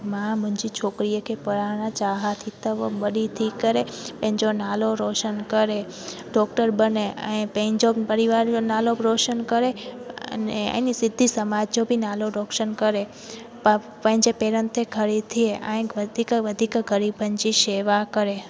मां मुंहिंजी छोकिरीअ खे पढ़ाइणु चाहियां थी त उहा वॾी थी करे पंहिंजो नालो रोशन करे डॉक्टर बणे ऐं पंहिंजो परिवार जो नालो बि रोशन करे अने सिंधी समाज जो बि नालो रोशन करे प पंहिंजे पेरनि ते खड़ी थिए ऐं वधीक वधीक ग़रीबनि जी शेवा करे